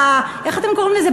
איך אתם קוראים לזה?